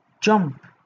jump